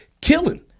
killing